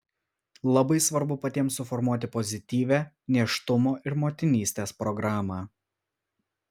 labai svarbu patiems suformuoti pozityvią nėštumo ir motinystės programą